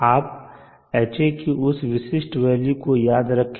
आप Ha की उस विशिष्ट वेल्यू को याद रखें